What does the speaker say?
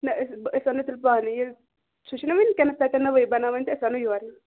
نہ أسۍ أسۍ اَنو تیٚلہِ پانَے ییٚلہِ سُہ چھُنا وٕنکٮ۪نَس تَتٮ۪ن نٔوٕے بناوان تہٕ أسۍ اَنو یورَے